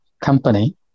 company